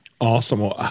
Awesome